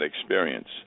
experience